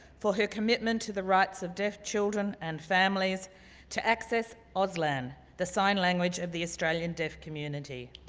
for her commitment to the rights of deaf children and families to access auslan, the sign language of the australian deaf community.